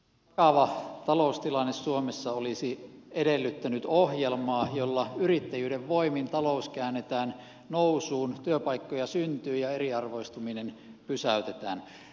vakava taloustilanne suomessa olisi edellyttänyt ohjelmaa jolla yrittäjyyden voimin talous käännetään nousuun työpaikkoja syntyy ja eriarvoistuminen pysäytetään